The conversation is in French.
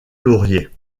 lauriers